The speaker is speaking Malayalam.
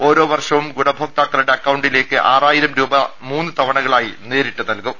ഓരോ വർഷവും ഗുണഭോക്താക്കളുടെ അക്കൌണ്ടിലേക്ക് ആറായിരം രൂപ മുന്ന് തവണകളായി നേരിട്ട് നൽകും